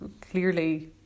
clearly